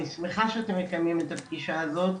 אני שמחה שאתם מקיימים את הפגישה הזאת.